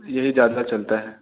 यह ही ज़्यादा चलता है